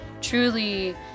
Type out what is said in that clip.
truly